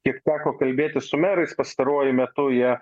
kiek teko kalbėtis su merais pastaruoju metu jie